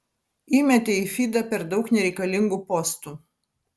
įmetė į fydą per daug nereikalingų postų